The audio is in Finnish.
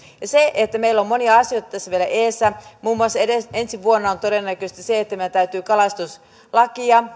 meillä on monia asioita tässä vielä edessä muun muassa ensi vuonna on todennäköistä se että meidän täytyy kalastuslaissa